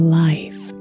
life